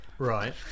Right